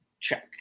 check